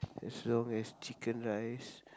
as long as chicken rice